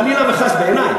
חלילה וחס בעיני,